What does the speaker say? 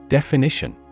Definition